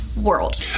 world